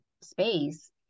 space